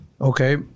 Okay